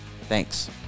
Thanks